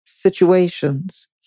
situations